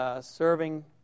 Serving